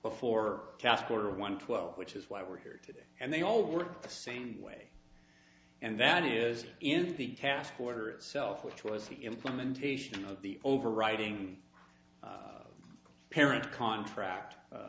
before task order one twelve which is why we're here today and they all work the same way and that is in the task order itself which was the implementation of the overwriting parent contract